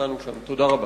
דקה.